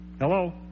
Hello